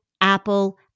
Apple